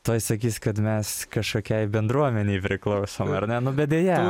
tuoj sakys kad mes kažkokiai bendruomenei priklausom ar ne nu bet deja